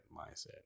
mindset